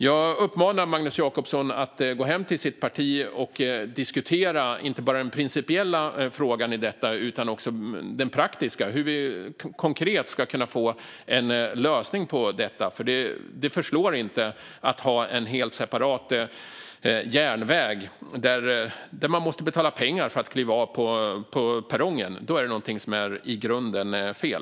Jag uppmanar Magnus Jacobsson att gå hem till sitt parti och diskutera inte bara den principiella frågan i detta utan också den praktiska - hur vi konkret ska kunna få en lösning på detta. Det förslår inte att ha en helt separat järnväg där man måste betala pengar för att kliva av på perrongen. Då är det något som är i grunden fel.